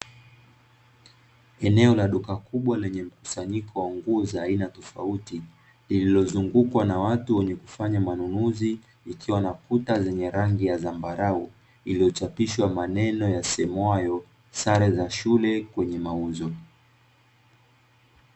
Eneo la duka kubwa lenye mkusanyiko wa nguo za aina tofauti lilozungukwa na watu wenye kufanya manunuzi ikiwa na kuta zenye rangi ya zambarau iliyochapishwa maneno yasemwayo "sare za shule kwenye mauzo."